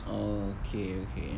oh okay okay